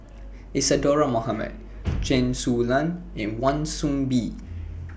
Isadhora Mohamed Chen Su Lan and Wan Soon Bee